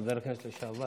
לשעבר